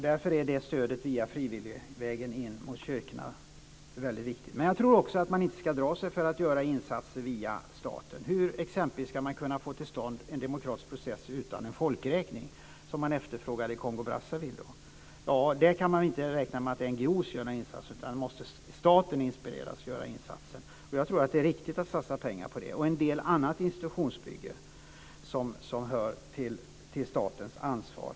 Därför är stödet den frivilliga vägen till kyrkorna väldigt viktigt. Men jag tror också att man inte ska dra sig för att göra insatser via staten. Hur ska man exempelvis kunna få till stånd en demokratisk process utan en folkräkning, som efterfrågas i Kongo-Brazzaville? På den punkten kan man inte räkna med att NGO:er gör några insatser, utan staten måste inspireras att göra insatser. Jag tror att det är riktigt att satsa pengar på det och på en del annat institutionsbygge som hör till statens ansvar.